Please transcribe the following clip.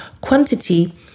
quantity